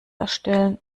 erstellen